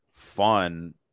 fun